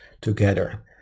together